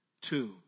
Two